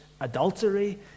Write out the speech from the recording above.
adultery